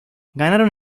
ganaron